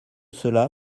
cela